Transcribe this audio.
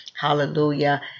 Hallelujah